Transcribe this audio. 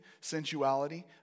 sensuality